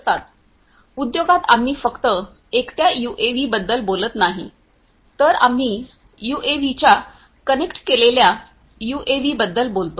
उद्योगात आम्ही फक्त एकट्या यूएव्हीबद्दल बोलत नाही तर आम्ही यूएव्हीच्या कनेक्ट केलेल्या यूएव्हीबद्दल बोलतो